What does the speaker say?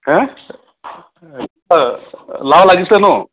হে লাও লাগিছে ন